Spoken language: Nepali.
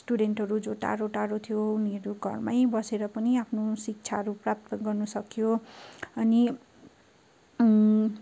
स्टुडेन्टहरू जो टाढो टाढो थियो उनीहरू घरमै बसेर पनि आफ्नो शिक्षाहरू प्राप्त गर्न सक्यो अनि